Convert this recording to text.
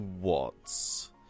Watts